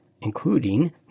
including